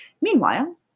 Meanwhile